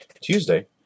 Tuesday